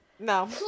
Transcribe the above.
No